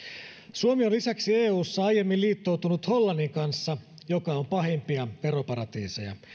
suomi on lisäksi eussa aiemmin liittoutunut hollannin kanssa joka on pahimpia veroparatiiseja